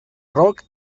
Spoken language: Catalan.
roc